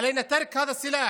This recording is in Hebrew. עלינו לחשוב מחדש,